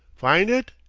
find it?